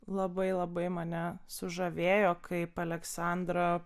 labai labai mane sužavėjo kaip aleksandra